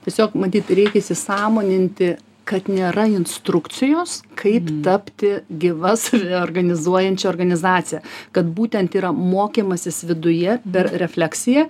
tiesiog matyt reik įsisąmoninti kad nėra instrukcijos kaip tapti gyvas organizuojančia organizacija kad būtent yra mokymasis viduje per refleksiją